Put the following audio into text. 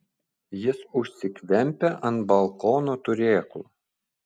jis užsikvempia ant balkono turėklų